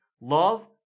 Love